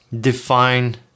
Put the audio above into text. define